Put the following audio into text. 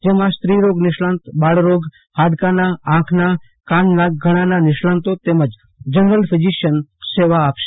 જેમાં સ્ત્રી રોગ નિષ્ણાંત બાળ રોગ ફાડકાના આંખના કાન નાક ગળાના નિષ્ણાંતો તેમજ જનરલ ફીઝીશીયન સેવા આપશે